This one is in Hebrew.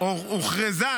או הוכרזה,